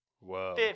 Whoa